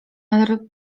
nader